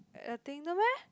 the thing no meh